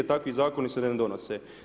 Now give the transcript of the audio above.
Takvi zakoni se ne donose.